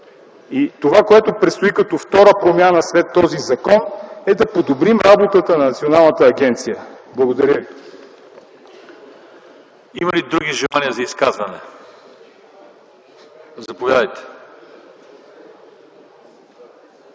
И това, което предстои като втора промяна след този закон, е да подобрим работата на националната агенция. Благодаря ви. ПРЕДСЕДАТЕЛ ЛЪЧЕЗАР ИВАНОВ: Има ли други желания за изказване? Заповядайте...